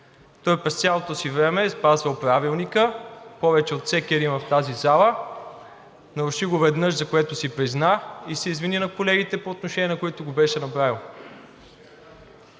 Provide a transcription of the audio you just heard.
Той през цялото си време е спазвал Правилника повече от всеки един в тази зала. Наруши го веднъж, за което си призна, и се извини на колегите, по отношение на които го беше направил.